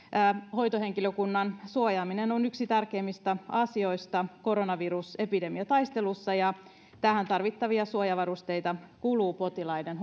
hoitohenkilökunnan suojaaminen on yksi tärkeimmistä asioista koronavirusepidemiataistelussa ja tähän tarvittavia suojavarusteita kuluu potilaiden